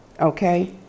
Okay